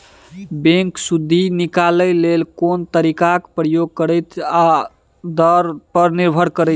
bank सुदि निकालय लेल कोन तरीकाक प्रयोग करतै समय आ दर पर निर्भर करै छै